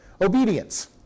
obedience